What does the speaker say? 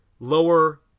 Lower